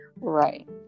Right